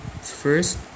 First